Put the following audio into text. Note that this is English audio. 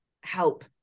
help